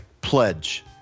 pledge